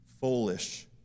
foolish